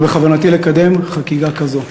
ובכוונתי לקדם חקיקה כזו.